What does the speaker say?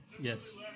Yes